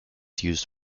used